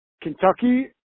Kentucky